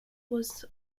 was